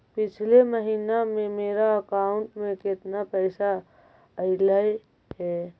पिछले महिना में मेरा अकाउंट में केतना पैसा अइलेय हे?